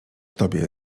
tobie